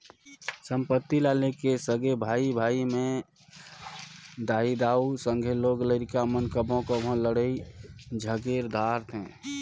संपत्ति ल लेके सगे भाई भाई में दाई दाऊ, संघे लोग लरिका मन कभों कभों लइड़ झगेर धारथें